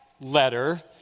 letter